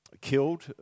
killed